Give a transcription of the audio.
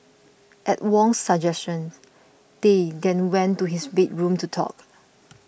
at Wong's suggestion they then went to his bedroom to talk